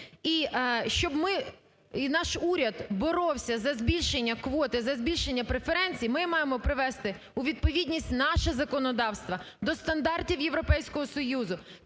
І, щоб ми і наш уряд боровся за збільшення квоти, за збільшення преференцій, ми маємо привести у відповідність наше законодавство до стандартів Європейського Союзу,